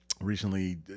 recently